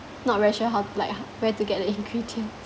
not very sure how like h~ where to get the ingredients